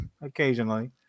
occasionally